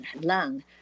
lung